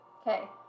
Okay